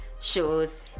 shows